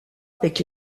avec